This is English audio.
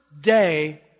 day